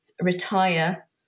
retire